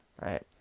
right